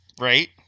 right